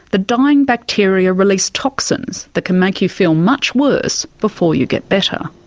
the dying bacteria release toxins that can make you feel much worse before you get better.